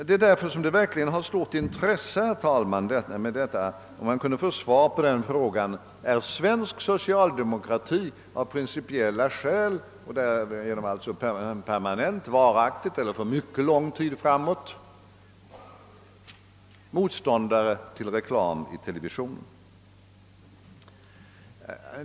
Det är därför av stort intresse, herr talman, att få svar på frågan: Är svensk socialdemokrati av principiella skäl — alltså permanent eller för mycket lång tid framåt — motståndare till reklam i televisionen?